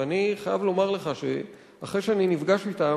ואני חייב לומר לך שאחרי שאני נפגש אתם